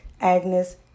Agnes